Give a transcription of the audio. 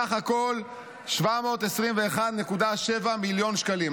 סך הכול 721.7 מיליון שקלים.